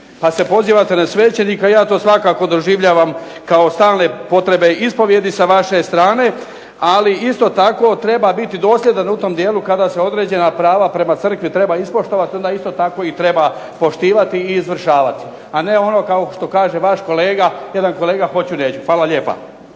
pa se pozivate na svećenika. Ja to svakako doživljavam kao stalne potrebe ispovjedi sa vaše strane. Ali isto tako treba biti dosljedan u tom dijelu kada se određena prava prema crkvi treba ispoštovati onda isto tako ih treba poštivati i izvršavati, a ne ono kao što kaže vaš kolega, jedan kolega hoću neću. Hvala.